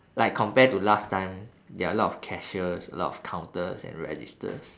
like compare to last time there are a lot of cashiers a lot of counters and registers